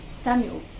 Samuel